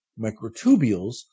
microtubules